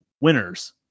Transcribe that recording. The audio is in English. winners